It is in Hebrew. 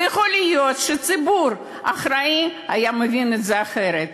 ויכול להיות שציבור אחראי היה מבין את זה אחרת,